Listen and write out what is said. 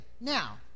now